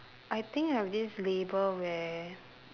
I think I have this label where